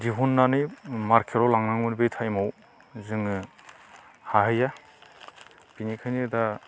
दिहुननानै मारकेटआव लांनांगौ बे टाइमाव जोङो हाहैया बिनिखायनो दा